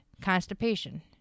constipation